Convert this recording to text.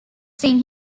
seeing